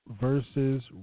versus